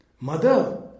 Mother